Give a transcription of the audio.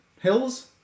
hills